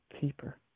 keeper